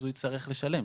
יצטרך לשלם.